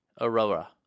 Aurora